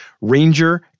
Ranger